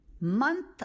month